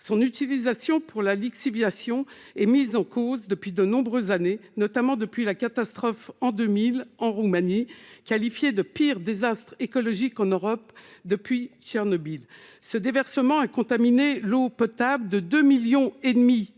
Son utilisation pour la lixiviation est mise en cause depuis de nombreuses années, notamment depuis la catastrophe de 2000 en Roumanie, qualifiée de pire désastre écologique en Europe depuis Tchernobyl. Ce déversement a contaminé l'eau potable de deux millions et demi